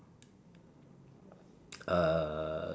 uh